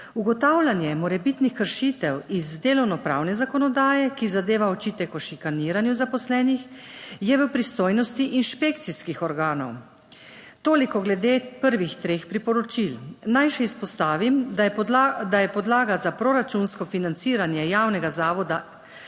Ugotavljanje morebitnih kršitev iz delovnopravne zakonodaje, ki zadeva očitek o šikaniranju zaposlenih, je v pristojnosti inšpekcijskih organov. Toliko glede prvih treh priporočil. Naj še izpostavim, da je podlaga za proračunsko financiranje Javnega zavoda